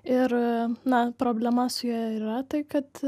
ir na problema su ja ir yra tai kad